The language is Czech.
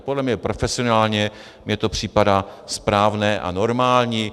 Podle mě profesionálně mně připadá správné a normální.